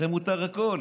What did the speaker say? לכם מותר הכול.